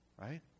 right